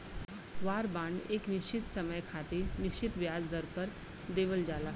वार bond एक निश्चित समय खातिर निश्चित ब्याज दर पर देवल जाला